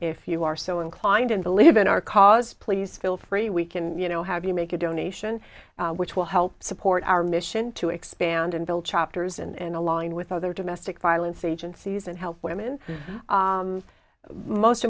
if you are so inclined and believe in our cause please feel free we can you know have you make a donation which will help support our mission to expand and build chapters in and along with other domestic violence agencies and help women most